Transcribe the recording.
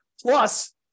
Plus